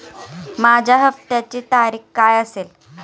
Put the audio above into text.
माझ्या हप्त्याची तारीख काय असेल?